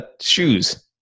shoes